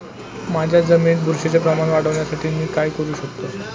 माझ्या जमिनीत बुरशीचे प्रमाण वाढवण्यासाठी मी काय करू शकतो?